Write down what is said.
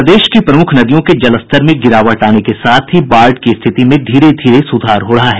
प्रदेश की प्रमुख नदियों के जलस्तर में गिरावट आने के साथ ही बाढ़ की स्थिति में धीरे धीरे सुधार हो रहा है